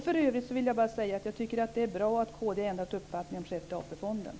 För övrigt vill jag bara säga att jag tycker att det är bra att kd har ändrat uppfattning om Sjätte AP